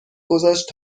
گذاشت